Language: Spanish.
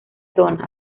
donald